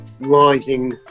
rising